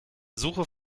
suche